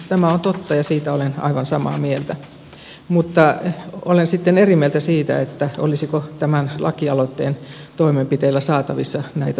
tämä on totta ja siitä olen aivan samaa mieltä mutta olen sitten eri mieltä siitä olisiko tämän lakialoitteen toimenpiteillä saatavissa näitä tuloksia